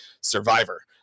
Survivor